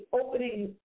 opening